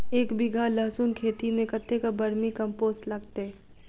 एक बीघा लहसून खेती मे कतेक बर्मी कम्पोस्ट लागतै?